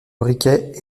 briquet